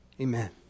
Amen